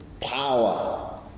power